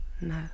No